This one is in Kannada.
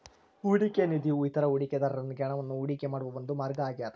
ಹೂಡಿಕೆಯ ನಿಧಿಯು ಇತರ ಹೂಡಿಕೆದಾರರೊಂದಿಗೆ ಹಣವನ್ನು ಹೂಡಿಕೆ ಮಾಡುವ ಒಂದು ಮಾರ್ಗ ಆಗ್ಯದ